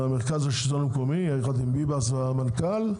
המנכ"ל של השלטון המקומי, עם חיים ביבס והמנכ"ל,